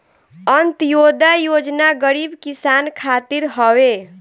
अन्त्योदय योजना गरीब किसान खातिर हवे